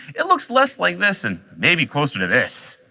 it looks less like this and maybe closer to this.